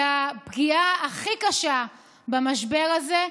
הפגיעה הכי קשה במשבר הזה,